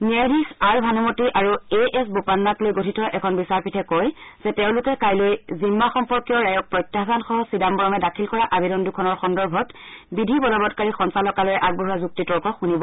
ন্যায়াধীশ আৰ ভানুমতী আৰু A S বোপান্নাক লৈ গঠিত এখন বিচাৰপীঠে কয় যে তেওঁলোকে কাইলৈ জিম্মা সম্পৰ্কীয় ৰায়ক প্ৰত্যাহানসহ চিদাম্বৰমে দাখিল কৰা আবেদন দুখন সন্দৰ্ভত বিধি বলবৎকাৰী সঞ্চালকালয়ে আগবঢ়োৱা যুক্তি তৰ্ক শুনিব